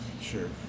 Sure